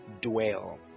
dwell